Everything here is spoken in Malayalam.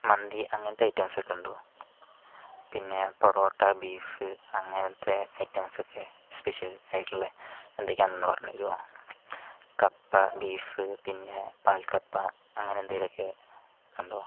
മന്തി അങ്ങനത്തെ ഐറ്റംസ് ഒക്കെ ഉണ്ടോ പിന്നെ പൊറോട്ട ബീഫ് അങ്ങനത്തെ ഐറ്റംസ് ഒക്കെ സ്പെഷ്യൽ ആയിട്ടുള്ള എന്തൊക്കെ എന്ന് പറഞ്ഞു തരുമോ കപ്പ ബീഫ് പിന്നെ പാൽ കപ്പ അങ്ങനെ എന്തെങ്കിലും ഒക്കെ ഉണ്ടോ